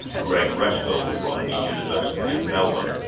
greg restall, from the university of melbourne.